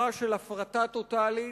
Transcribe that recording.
רע של הפרטה טוטלית,